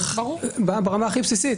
ברמה הכי בסיסית,